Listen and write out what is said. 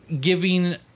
giving